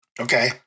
Okay